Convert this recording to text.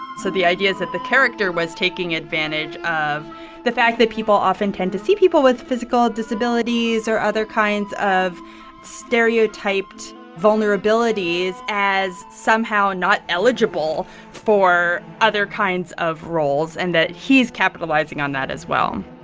so the idea is that the character was taking advantage of the fact that people often tend to see people with physical disabilities or other kinds of stereotyped vulnerabilities as somehow not eligible for other kinds of roles, and that he's capitalizing on that as well